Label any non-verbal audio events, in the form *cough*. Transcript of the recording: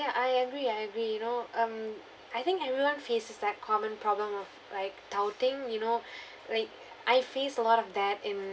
ya I agree I agree you know um I think everyone faces that common problem of like touting you know *breath* like I faced a lot of that in